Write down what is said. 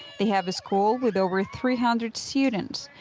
they have a school with over three hundred students.